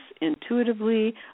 intuitively